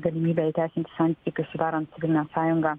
galimybę įteisinti santykius sudarant civilinę sąjungą